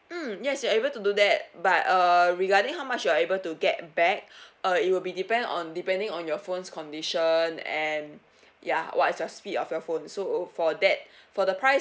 mm yes you are able to do that but uh regarding how much you are able to get back uh it will be depend on depending on your phone's condition and ya what is your speed of your phone so for that for the price